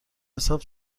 حساب